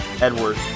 edward